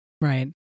Right